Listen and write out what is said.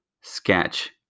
sketch